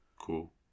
Cool